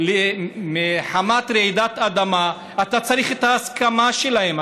מפני רעידת אדמה, אתה צריך את ההסכמה שלהם.